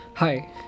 Hi